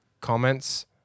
Comments